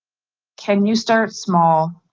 can you start small?